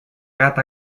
gat